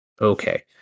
okay